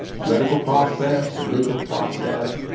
political process, the legal process,